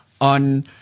On